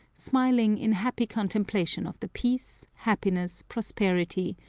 smiling in happy contemplation of the peace, happiness, prosperity,